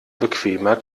bequemer